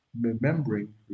remembering